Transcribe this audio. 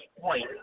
point